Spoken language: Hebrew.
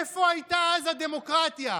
איפה הייתה אז הדמוקרטיה?